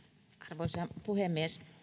arvoisa puhemies